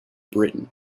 britain